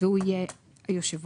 והוא יהיה היושב-ראש.